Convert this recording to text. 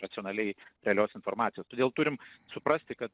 racionaliai realios informacijos todėl turim suprasti kad